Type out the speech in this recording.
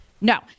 No